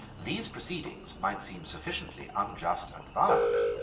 these proceedings might seem sufficiently unjust and violent.